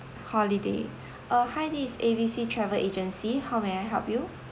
holiday uh hi this is A B C travel agency how may I help you